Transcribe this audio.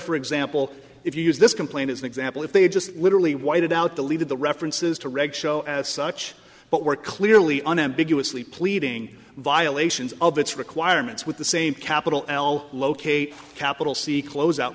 for example if you use this complaint as an example if they just literally whited out the lead of the references to reg show as such but were clearly unambiguously pleading violations of its requirements with the same capital l locate capital c close out